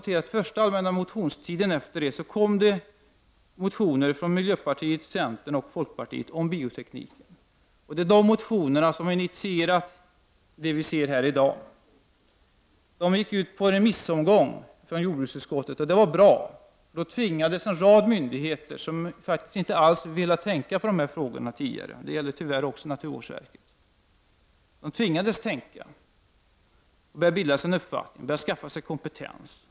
Under den första allmänna motionstiden efter detta kom motioner från miljöpartiet, centern och folkpartiet om biotekniken. Det är dessa motioner som har initierat det som vi diskuterar i dag. Motionerna skickades ut på remissomgång från jordbruksutskottet. Det var bra. Då tvingades en rad myndigheter, som faktiskt inte alls har velat tänka på dessa frågor tidigare — det gäller tyvärr också naturvårdsverket — att tänka, bilda sig en uppfattning och skaffa sig kompetens.